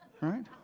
right